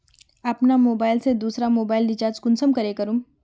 अपना मोबाईल से दुसरा मोबाईल रिचार्ज कुंसम करे करूम?